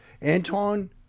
Anton